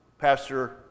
Pastor